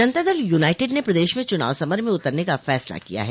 जनता Dal United ने प्रदेश में चुनाव समर में उतरने का फैसला किया है